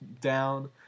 down